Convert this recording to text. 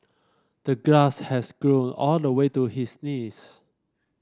the grass has grown all the way to his knees